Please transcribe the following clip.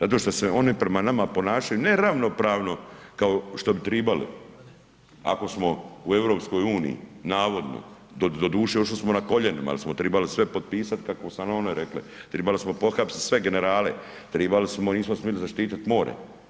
Zato što se oni prema nama ponašaju ne ravnopravno, kao što bi trebali, ako smo u EU, navodno doduše, ošli smo na koljenima, jer smo tribali sve potpisati kako su … rekle, trebali smo pohapsiti sve generale, trebali smo, nismo smjeli zaštiti more.